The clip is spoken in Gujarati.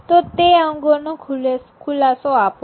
તો તે અંગેનો ખુલાસો આપો